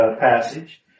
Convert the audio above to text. passage